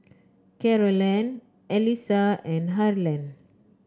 Carolann Allyssa and Harland